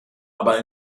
aber